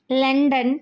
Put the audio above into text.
London